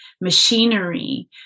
machinery